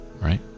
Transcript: right